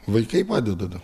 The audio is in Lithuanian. vaikai padeda dar